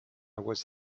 was